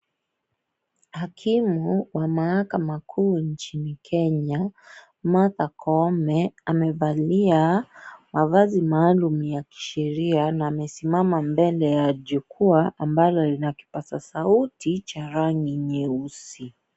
Hakimu wa mahakama kuu nchini Kenya, Martha Koome, amevalia mavazi maalum ya kisheria na amesimama mbele ya jukwaa, ambalo lina kipaza sauti cha rangi nyeusi.